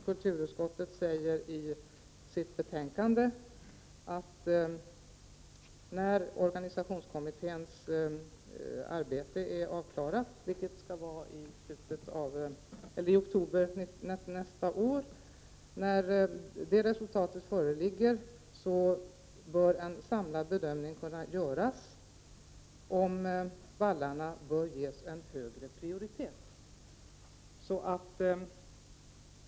Kulturutskottet säger i sitt betänkande att när organisationskommitténs arbete är avklarat, vilket det skall vara i oktober nästa år, bör en samlad bedömning kunna göras av om vallarna bör ges en högre prioritet.